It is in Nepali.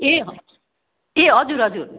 ए ए हजुर हजुर